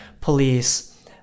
police